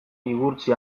igurtzi